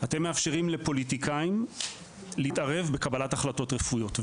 אתם מאפשרים לפוליטיקאים להתערב בקבלת החלטות רפואיות.